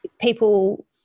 people